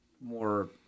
more